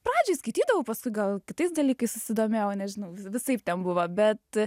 pradžiai skaitydavau paskui gal kitais dalykais susidomėjau nežinau visaip ten buvo bet